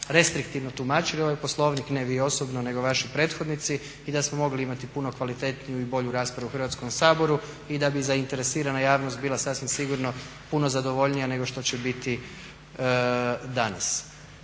restriktivno tumačili ovaj Poslovnik, ne vi osobno nego vaši prethodnici i da smo mogli imati puno kvalitetniju i bolju raspravu u Hrvatskom saboru i da bi zainteresirana javnost bila sasvim sigurno puno zadovoljnija nego što će biti danas.